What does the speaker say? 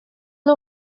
nhw